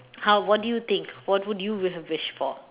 how what did you think what would you would have wish for